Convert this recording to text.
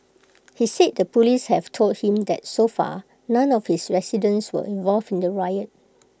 he said the Police have told him that so far none of his residents were involved in the riot